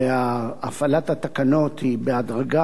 והפעלת התקנות היא בהדרגה,